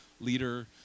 leader